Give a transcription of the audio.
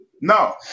No